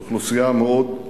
זאת אוכלוסייה מאוד,